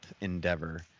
endeavor